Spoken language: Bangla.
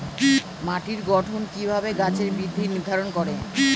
মাটির গঠন কিভাবে গাছের বৃদ্ধি নির্ধারণ করে?